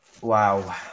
Wow